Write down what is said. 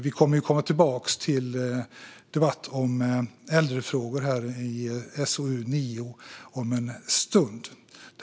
Vi kommer tillbaka till debatt om äldrefrågor här om en stund, i SoU9.